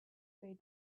bade